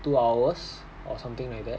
two hours or something like that